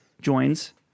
joins